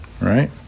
Right